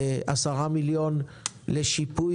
10 מיליון לשיפוי